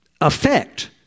affect